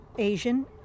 asian